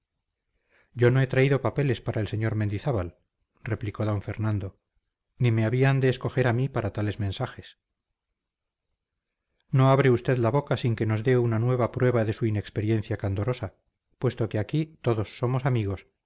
yo no he traído papeles para el sr mendizábal replicó d fernando ni me habían de escoger a mí para tales mensajes no abre usted la boca sin que nos dé una nueva prueba de su inexperiencia candorosa puesto que aquí todos somos amigos